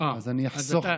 אז אני אחסוך.